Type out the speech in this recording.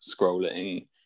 scrolling